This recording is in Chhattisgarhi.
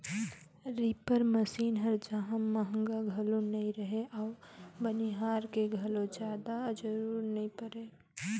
रीपर मसीन हर जहां महंगा घलो नई रहें अउ बनिहार के घलो जादा जरूरत नई परे